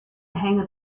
hang